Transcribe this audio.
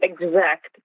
exact